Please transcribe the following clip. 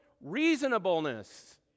Reasonableness